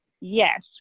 yes